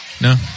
No